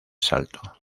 salto